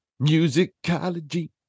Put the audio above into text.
musicology